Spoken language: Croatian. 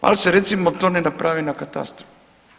Ali se recimo, to ne napravi na katastru.